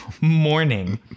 morning